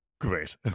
great